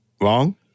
Wrong